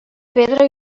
pedra